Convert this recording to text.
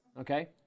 okay